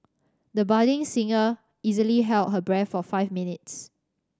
the budding singer easily held her breath for five minutes